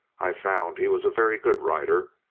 i found he was a very good rider,